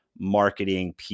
marketing